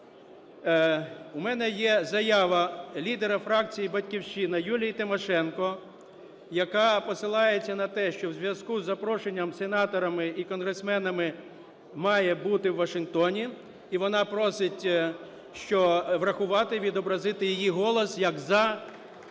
У мене є заява лідера фракції "Батьківщина" Юлії Тимошенко, яка посилається на те, що у зв'язку з запрошенням сенаторами і конгресменами має бути у Вашингтоні, і вона просить, що врахувати, відобразити її голос як за